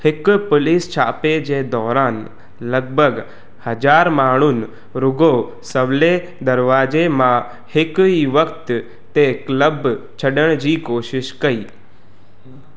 हिकु पुलिस छापे जे दौरनु लॻभॻि हज़ार माण्हूंनि रुॻो सवले दरवाज़े मां हिक ई वक़्तु ते क्लब छॾण जी कोशिशि कई